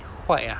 坏啊